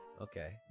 Okay